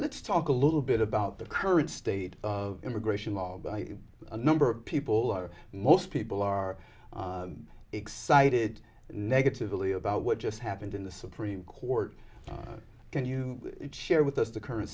let's talk a little bit about the current state of immigration law a number of people or most people are excited negatively about what just happened in the supreme court can you share with us the current